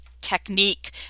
technique